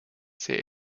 sehr